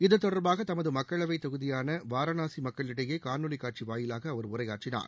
இது தொடர்பாக தமது மக்களவை தொகுதியான வாரணாசி மக்களியேய காணொலி காட்சி வாயிலாக அவர் உரையாற்றினார்